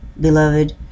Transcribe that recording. Beloved